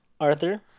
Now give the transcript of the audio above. Arthur